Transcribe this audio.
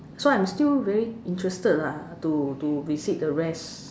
so I'm still very interested lah to to visit the rest